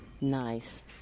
nice